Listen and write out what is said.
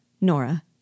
Nora